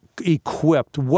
equipped